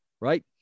right